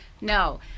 No